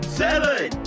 seven